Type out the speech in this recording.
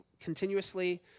continuously